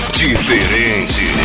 diferente